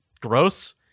gross